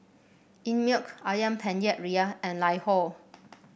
Einmilk ayam Penyet Ria and LiHo